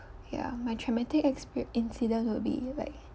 ya my traumatic expe~ incident would be like